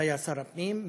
שהיה אז שר הפנים,